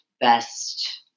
best